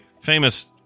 famous